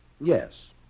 yes